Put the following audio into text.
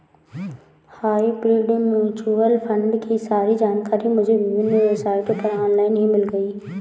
hybrid mutual fund की सारी जानकारी मुझे विभिन्न वेबसाइट पर ऑनलाइन ही मिल गयी